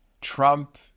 Trump